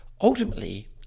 ultimately